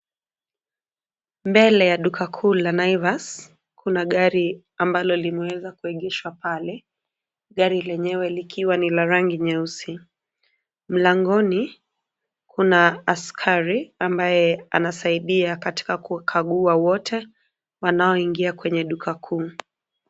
Mbele ya duka kuu la Naivas kuna gari ambalo limeweza kuegeshwa pale, gari lenyewe likiwa ni la rangi nyeusi. Mlangoni kuna askari ambaye anasaidia katika kukagua wote wanaoingia kwenye duka kuu.